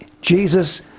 Jesus